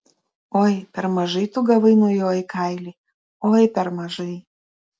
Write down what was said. oi per mažai tu gavai nuo jo į kailį oi per mažai